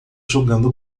jogando